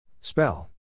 Spell